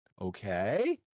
Okay